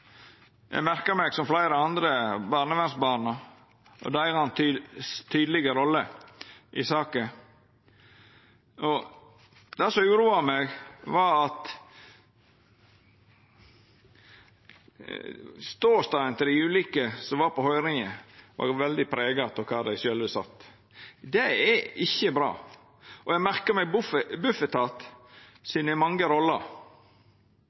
Eg merkte meg, som fleire andre, barnevernsborna og deira tydelege rolle i saka. Det som uroa meg, var at ståstaden til dei ulike som var på høyringa, var veldig prega av kvar dei sjølve sat. Det er ikkje bra. Eg merkte meg dei mange rollene til Bufetat, og eg